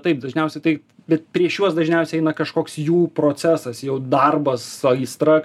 taip dažniausiai taip bet prieš juos dažniausiai eina kažkoks jų procesas jau darbas aistra